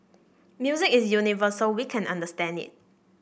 music is universal we can understand it